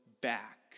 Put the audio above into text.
Back